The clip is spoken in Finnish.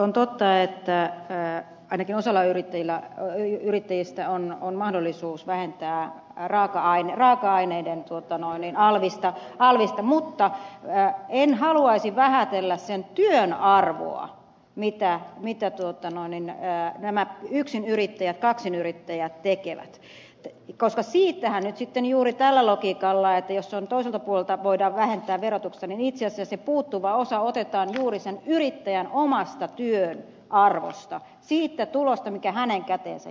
on totta että ainakin osalla yrittäjistä on mahdollisuus vähentää raaka aineiden alvista mutta en haluaisi vähätellä sen työn arvoa mitä nämä yksinyrittäjät kaksinyrittäjät tekevät koska siitähän nyt sitten juuri tällä logiikalla jos toiselta puolelta voidaan vähentää verotuksessa itse asiassa se puuttuva osa otetaan juuri sen yrittäjän oman työn arvosta siitä tulosta mikä hänen käteensä jää